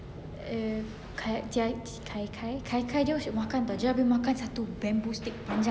err kai jia kai kai kai kai dia asyik makan [tau] dia habis makan satu bamboo stick panjang kan